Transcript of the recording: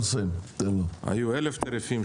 היו 1,000 תעריפים,